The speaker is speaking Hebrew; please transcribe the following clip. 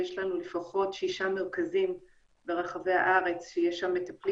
יש לנו לפחות שישה מרכזים ברחבי הארץ שיש שם מטפלים